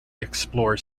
explorer